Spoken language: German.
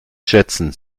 schätzen